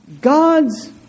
God's